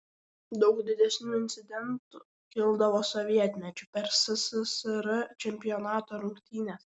daug didesnių incidentų kildavo sovietmečiu per sssr čempionato rungtynes